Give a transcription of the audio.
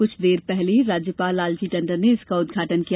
कुछ देर पहले राज्यपाल लालजी टंडन ने इसका उदघाटन किया